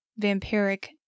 vampiric